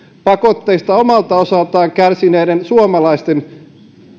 pakotteista omalta osaltaan kärsineiden suomalaisten